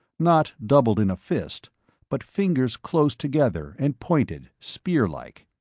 not doubled in a fist but fingers close together and pointed, spear-like.